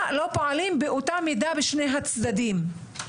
פועלים באותה מידה בשני הצדדים?